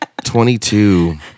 22